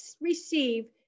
receive